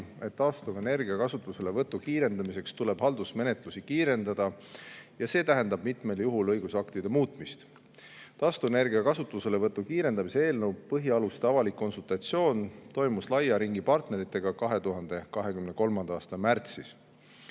et taastuvenergia kasutuselevõtu kiirendamiseks tuleb haldusmenetlusi kiirendada. See tähendab mitmel juhul õigusaktide muutmist. Taastuvenergia kasutuselevõtu kiirendamise eelnõu põhialuste avalik konsultatsioon laia partnerite ringiga toimus 2023. aasta märtsis.